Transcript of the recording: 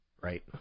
Right